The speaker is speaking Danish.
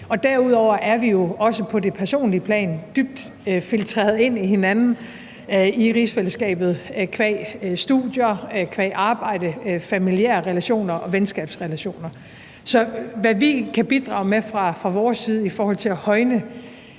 derudover er vi jo, også på det personlige plan, dybt filtreret ind i hinanden i rigsfællesskabet qua studier, arbejde, familiære relationer og venskabsrelationer. Så hvad vi kan bidrage med fra vores side i forhold til at højne